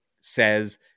says